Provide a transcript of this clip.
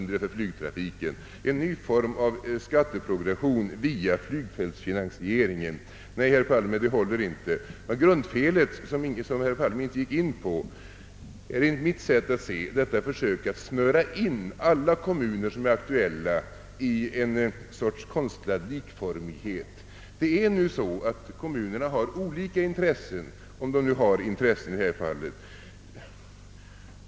Det är en ny form av skatteprogression via = flygfältsfinansieringen. Nej, herr Palme, det håller inte. Grundfelet, som herr Palme inte gick in på, är enligt mitt sätt att se detta försök att snöra in alla kommuner som är aktuella i någon sorts konstlad likformighet. Kommunerna har olika intressen, om de nu har intressen i. detta fall.